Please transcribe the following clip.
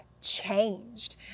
changed